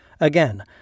again